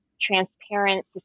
transparent